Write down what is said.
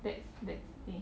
that's the thing